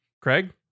Craig